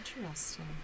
Interesting